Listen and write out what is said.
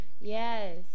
Yes